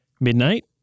midnight